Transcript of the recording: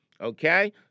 okay